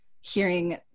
hearing